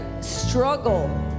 struggle